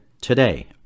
today